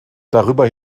darüber